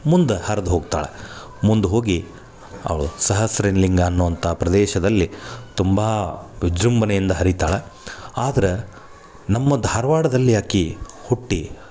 ಮುಂದೆ ಹರ್ದು ಹೋಗ್ತಾಳೆ ಮುಂದೆ ಹೋಗಿ ಅವಳು ಸಹ್ರಸಲಿಂಗ ಅನ್ನುವಂಥ ಪ್ರದೇಶದಲ್ಲಿ ತುಂಬ ವಿಜೃಂಭಣೆಯಿಂದ ಹರಿತಾಳೆ ಆದ್ರೆ ನಮ್ಮ ಧಾರವಾಡದಲ್ಲಿ ಆಕೆ ಹುಟ್ಟಿ